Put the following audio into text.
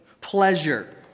pleasure